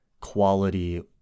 quality